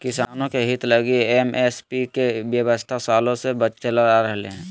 किसानों के हित लगी एम.एस.पी के व्यवस्था सालों से चल रह लय हें